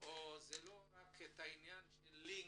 או רק עניין של לינק.